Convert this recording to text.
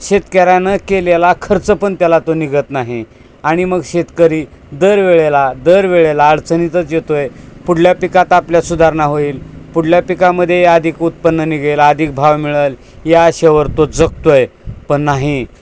शेतकऱ्यांनं केलेला खर्च पण त्याला तो निघत नाही आणि मग शेतकरी दर वेळेला दर वेळेला अडचणीतच येतो आहे पुढल्या पिकात आपल्या सुधारणा होईल पुढल्या पिकामध्ये अधिक उत्पन्न निघेल आधिक भाव मिळल या आशेवर तो जगतो आहे पण नाही